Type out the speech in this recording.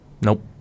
Nope